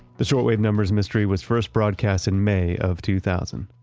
the shortwave numbers mystery was first broadcast in may of two thousand.